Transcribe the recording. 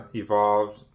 evolved